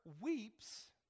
weeps